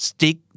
Stick